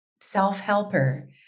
self-helper